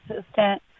assistant